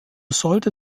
sollte